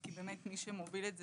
כי מי שמוביל את זה,